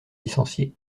licencié